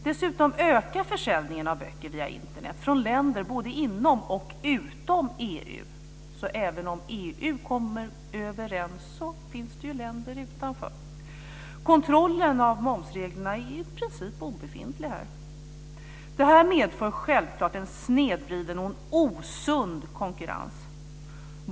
Dessutom ökar försäljningen av böcker via Internet från länder både inom och utom EU. Även om EU kommer överens om regler finns det länder utanför. Kontrollen av momsreglerna är i princip obefintliga. Det här medför självklart en snedvriden och en osund konkurrens.